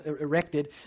erected